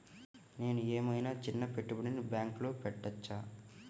నేను ఏమయినా చిన్న పెట్టుబడిని బ్యాంక్లో పెట్టచ్చా?